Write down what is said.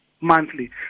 monthly